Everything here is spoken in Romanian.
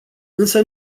însă